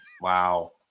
wow